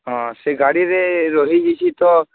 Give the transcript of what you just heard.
ହଁ ସେ ଗାଡ଼ିରେ ରହିଯାଇଛି ତ